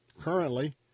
currently